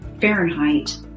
Fahrenheit